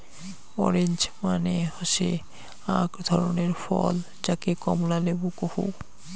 orange মানে হসে আক ধরণের ফল যাকে কমলা লেবু কহু